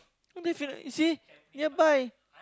don't they feel you see nearby